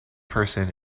person